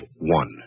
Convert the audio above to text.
one